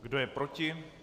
Kdo je proti?